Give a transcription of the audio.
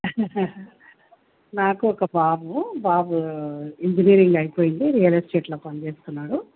నాకు ఒక బాబు బాబు ఇంజనీరింగ్ అయిపోయింది రియల్ ఎస్టేట్లో పని చేస్తున్నాడు